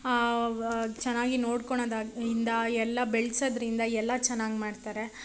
ಚೆನ್ನಾಗಿ ನೋಡ್ಕೊಳೋದಾಗಿಂದ ಎಲ್ಲ ಬೆಳ್ಸೋದ್ರಿಂದ ಎಲ್ಲ ಚೆನ್ನಾಗಿ ಮಾಡ್ತಾರೆ